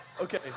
Okay